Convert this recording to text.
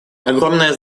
огромное